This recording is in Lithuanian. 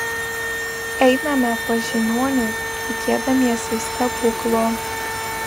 einame pas žiniuonius tikėdamiesi stebuklo